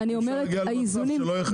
אי-אפשר להגיע למצב שלא יהיה חשמל.